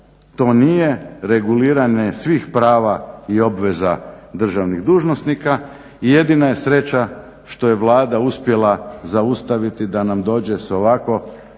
to nije reguliranje svih prava i obveza državnih dužnosnika. Jedina je sreća što je Vlada uspjela zaustaviti da nam dođe s ovako